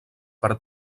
per